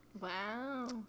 wow